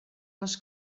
les